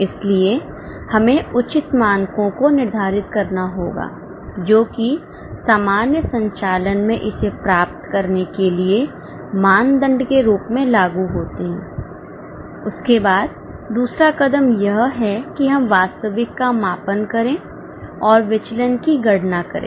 इसलिए हमें उचित मानकों को निर्धारित करना होगा जो कि सामान्य संचालन में इसे प्राप्त करने के लिए मानदंड के रूप में लागू होते हैंउसके बाद दूसरा कदम यह है कि हम वास्तविक का मापन करें और विचलन की गणना करें